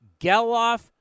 Geloff